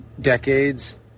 decades